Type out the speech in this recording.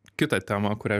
kita tema kurią